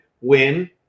win